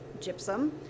gypsum